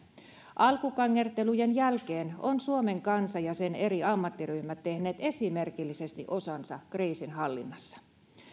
alkukangertelujen jälkeen ovat suomen kansa ja sen eri ammattiryhmät tehneet esimerkillisesti osansa kriisinhallinnassa